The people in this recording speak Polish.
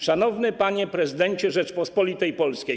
Szanowny Panie Prezydencie Rzeczypospolitej Polskiej!